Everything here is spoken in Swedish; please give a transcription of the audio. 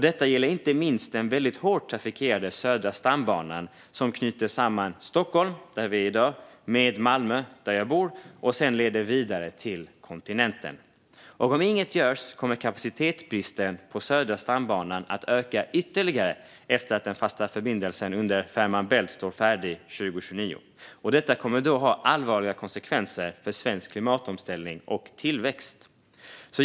Det gäller inte minst den väldigt hårt trafikerade Södra stambanan som knyter samman Stockholm, där vi befinner oss nu, med Malmö, där jag bor, och sedan leder vidare till kontinenten. Om inget görs kommer kapacitetsbristen på Södra stambanan att öka ytterligare efter att den fasta förbindelsen under Fehmarn Bält står färdig 2029. Det kommer att få allvarliga konsekvenser för svensk klimatomställning och tillväxt.